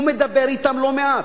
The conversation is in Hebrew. ומדבר אתם לא מעט,